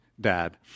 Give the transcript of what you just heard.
dad